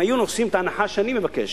אם היו עושים את ההנחה שאני מבקש,